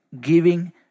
giving